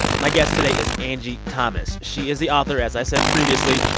my guest today is angie thomas. she is the author, as i said previously,